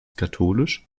katholisch